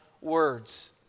words